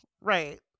right